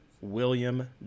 William